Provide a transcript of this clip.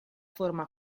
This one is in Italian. forma